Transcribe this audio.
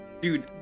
Dude